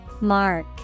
Mark